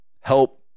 help